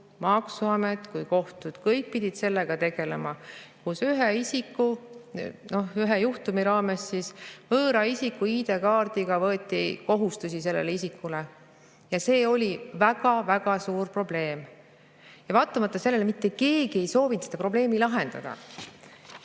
maksuamet kui ka kohtud. Kõik pidid sellega tegelema, kui ühe juhtumi raames võeti võõra isiku ID‑kaardiga ühele isikule kohustusi. Ja see oli väga suur probleem. Ja vaatamata sellele mitte keegi ei soovinud seda probleemi lahendada.